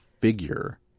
figure